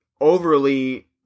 overly